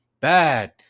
bad